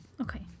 Okay